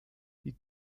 die